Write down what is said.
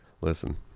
Listen